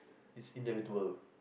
it's inevitable